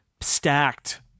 stacked